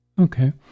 Okay